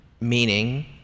meaning